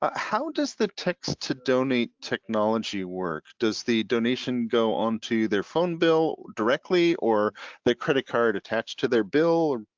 ah how does the text to donate technology work? does the donation go on to their phone bill directly or the credit card attached to their bill?